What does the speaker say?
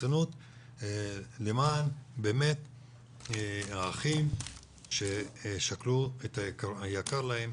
ברצינות למען האחים ששכלו את היקר להם